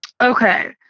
okay